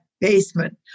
basement